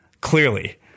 Clearly